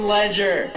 Ledger